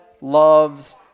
loves